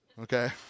Okay